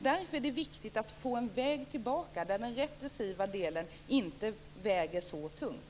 Därför är det viktigt att få en väg tillbaka, där den repressiva delen inte väger så tungt.